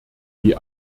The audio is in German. die